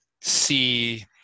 see